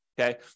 Okay